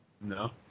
No